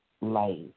life